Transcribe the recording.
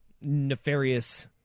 nefarious